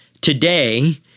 today